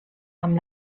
amb